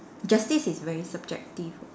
justice is very subjective